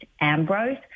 Ambrose